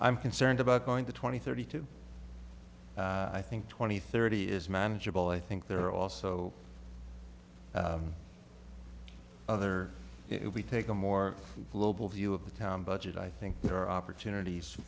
i'm concerned about going to twenty thirty two i think twenty thirty is manageable i think there are also other if we take a more global view of the town budget i think there are opportunities